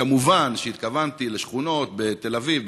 כמובן שהתכוונתי לשכונות בתל אביב,